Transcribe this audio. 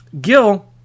Gil